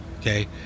Okay